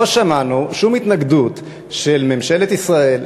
לא שמענו שום התנגדות של ממשלת ישראל,